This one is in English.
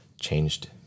changed